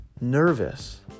nervous